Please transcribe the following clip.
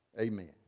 amen